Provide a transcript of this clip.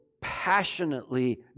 passionately